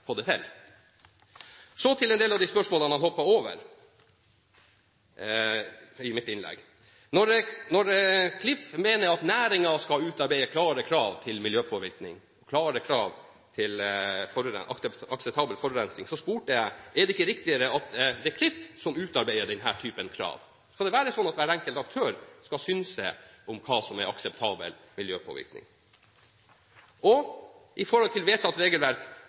det til. Så til en del av de spørsmålene jeg stilte i mitt innlegg, som han hoppet over. Når Klif mener at næringen skal utarbeide klare krav til miljøpåvirkning, klare krav til akseptabel forurensning, spurte jeg: Er det ikke riktigere at det er Klif som utarbeider denne typen krav? Skal det være slik at hver enkelt aktør skal synse om hva som er akseptabel miljøpåvirkning? Og i forhold til vedtatt regelverk: